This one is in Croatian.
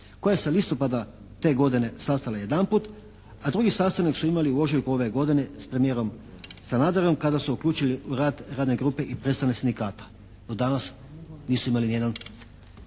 koja se listopada te godine sastala jedanput, a drugi sastanak su imali u ožujku ove godine s premijerom Sanaderom kada su uključili u rad radne grupe i predstavnike sindikata. Do danas nisu imali ni jedan